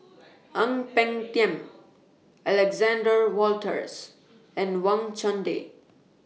Ang Peng Tiam Alexander Wolters and Wang Chunde